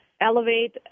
elevate